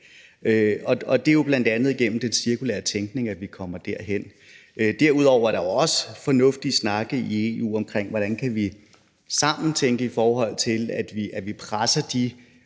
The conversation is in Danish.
og det er jo bl.a. igennem den cirkulære tænkning, at vi kommer derhen. Derudover er der jo også fornuftige snakke i EU omkring, hvordan vi sammen kan tænke det ind, i forhold til at vi presser de